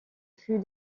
fut